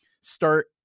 start